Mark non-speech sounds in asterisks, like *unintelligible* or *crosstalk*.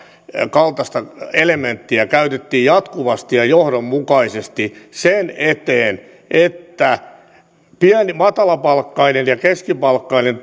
kaltaista elementtiä käytettiin jatkuvasti ja johdonmukaisesti sen eteen että matalapalkkainen ja keskipalkkainen *unintelligible*